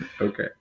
Okay